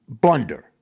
blunder